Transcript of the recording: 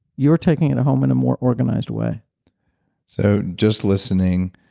you're taking it home in a more organized way so just listening.